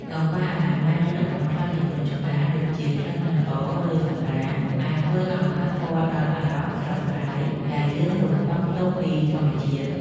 កង្វះអនាម័យនៅតំបន់ខ្លះនៃសួនច្បារ ដូចជាក្លិនមិនល្អ ឬសម្រាម អាចធ្វើឱ្យប៉ះពាល់ដល់អារម្មណ៍ស្រស់ស្រាយដែលយើងរំពឹងទុកពីធម្មជាតិ។